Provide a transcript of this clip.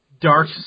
Dark